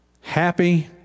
Happy